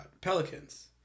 Pelicans